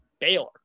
Baylor